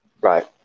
Right